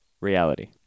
reality